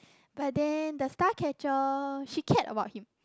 but then the star catcher she care about him